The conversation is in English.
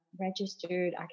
registered